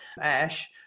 Ash